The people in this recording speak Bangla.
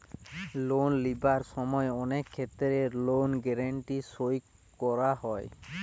লোন লিবার সময় অনেক ক্ষেত্রে লোন গ্যারান্টি সই করা হয়